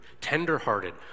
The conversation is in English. tenderhearted